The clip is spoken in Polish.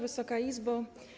Wysoka Izbo!